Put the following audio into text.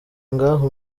ngaha